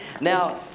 Now